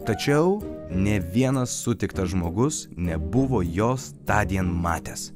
tačiau ne vienas sutiktas žmogus nebuvo jos tądien matęs